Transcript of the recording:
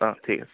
অঁ ঠিক আছে